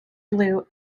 blue